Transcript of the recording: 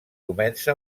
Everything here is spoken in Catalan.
comença